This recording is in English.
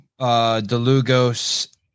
Delugos